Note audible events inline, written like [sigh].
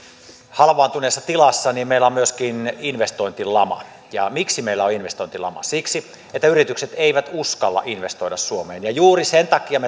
halvaantuneessa tilassa niin meillä on myöskin investointilama ja miksi meillä on investointilama siksi että yritykset eivät uskalla investoida suomeen ja juuri sen takia [unintelligible]